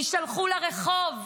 יישלחו לרחוב.